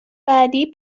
بعدی